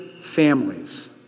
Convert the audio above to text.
families